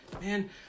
man